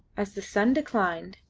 as the sun declined,